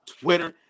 Twitter